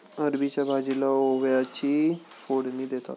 अरबीच्या भाजीला ओव्याची फोडणी देतात